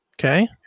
Okay